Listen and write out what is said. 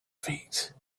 feet